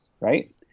right